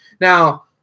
Now